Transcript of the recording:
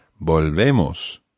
volvemos